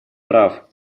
прав